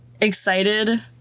excited